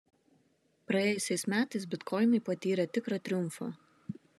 praėjusiais metais bitkoinai patyrė tikrą triumfą